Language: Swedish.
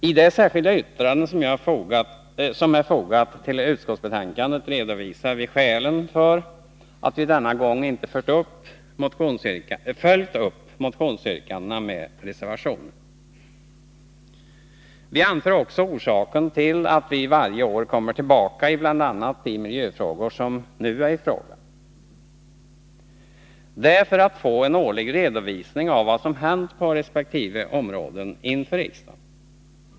I det särskilda yttrande som är fogat till utskottsbetänkandet redovisar vi skälen för att vi denna gång inte följt upp motionsyrkandena med reservationer. Vi anför också orsaken till att vi varje år kommer tillbaka i bl.a. de miljöfrågor som nu är i fråga. Det är för att få en årlig redovisning av vad som hänt på resp. område inför riksdagen.